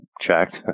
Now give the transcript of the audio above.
checked